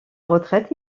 retraite